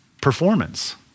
performance